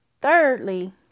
Thirdly